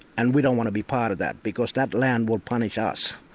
and we don't want to be part of that, because that land will punish ah us,